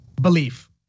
belief